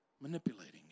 manipulating